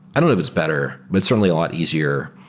i don't know if it's better, but it's certainly a lot easier.